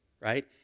right